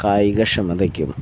കായികക്ഷമതയ്ക്കും